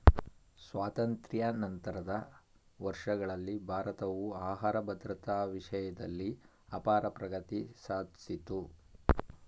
ಸ್ವಾತಂತ್ರ್ಯ ನಂತರದ ವರ್ಷಗಳಲ್ಲಿ ಭಾರತವು ಆಹಾರ ಭದ್ರತಾ ವಿಷಯ್ದಲ್ಲಿ ಅಪಾರ ಪ್ರಗತಿ ಸಾದ್ಸಿತು